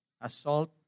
Assault